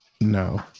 No